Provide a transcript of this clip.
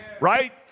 right